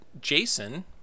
Jason